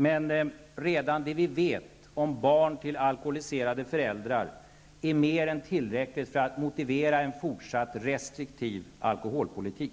Men redan det vi vet om barn till alkoholiserade föräldrar är mer än tillräckligt för att motivera en fortsatt restriktiv alkoholpolitik.